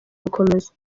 gukomeza